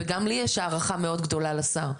וגם לי יש הערכה מאוד גדולה לשר,